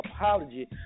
apology